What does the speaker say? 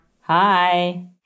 Hi